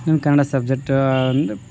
ಇನ್ನು ಕನ್ನಡ ಸಬ್ಜೆಟ್ಟು ಅಂದು